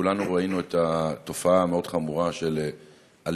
כולנו ראינו את התופעה המאוד-חמורה של אלימות